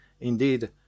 indeed